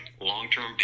long-term